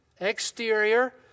exterior